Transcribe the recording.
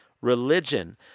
Religion